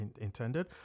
intended